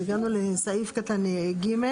אז הגענו לסעיף קטן ג'.